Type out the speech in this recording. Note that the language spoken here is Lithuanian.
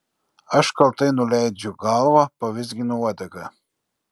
aš kaltai nuleidžiu galvą pavizginu uodegą